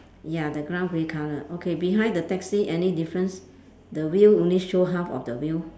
ya the ground grey colour okay behind the taxi any difference the wheel only show half of the wheel